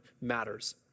matters